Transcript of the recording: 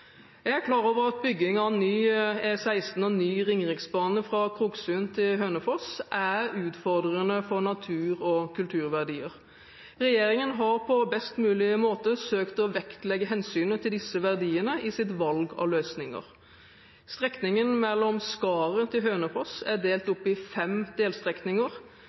Jeg er klar over at bygging av ny E16 og ny Ringeriksbane fra Kroksund til Hønefoss er utfordrende for natur- og kulturverdier. Regjeringen har på best mulig måte søkt å vektlegge hensynet til disse verdiene i sitt valg av løsninger. Strekningen mellom Skaret og Hønefoss er delt opp i fem delstrekninger.